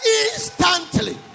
Instantly